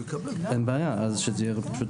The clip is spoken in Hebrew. אין בעיה, אז שזה יהיה פשוט רשום.